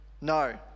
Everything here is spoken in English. No